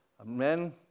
Amen